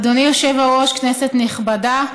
אדוני היושב בראש, כנסת נכבדה,